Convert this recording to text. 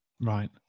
Right